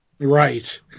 Right